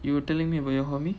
you telling me about your hobby